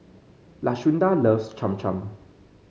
Lashunda loves Cham Cham